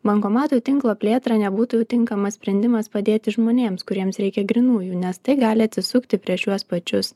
bankomatų tinklo plėtra nebūtų tinkamas sprendimas padėti žmonėms kuriems reikia grynųjų nes tai gali atsisukti prieš juos pačius